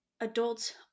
Adults